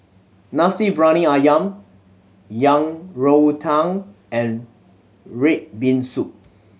Nasi Briyani Ayam Yang Rou Tang and red bean soup